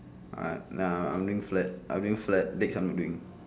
I nah I'm doing flat legs I'm not doing